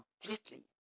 completely